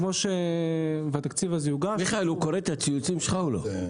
מיכאל, הוא קורא את הציוצים שלך או לא?